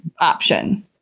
option